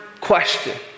question